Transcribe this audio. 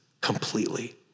completely